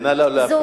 נא לא להפריע.